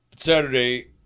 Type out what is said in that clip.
saturday